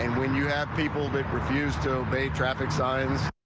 and when you have people that refuse to obey traffic signs.